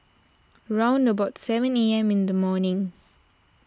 round about seven A M in the morning